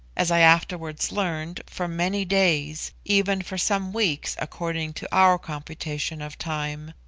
as i afterwards learned, for many days, even for some weeks according to our computation of time.